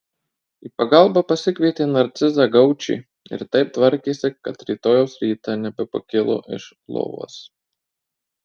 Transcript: į pagalbą pasikvietė narcizą gaučį ir taip tvarkėsi kad rytojaus rytą nebepakilo iš lovos